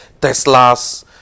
Teslas